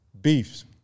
beefs